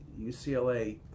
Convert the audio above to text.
UCLA